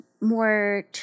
more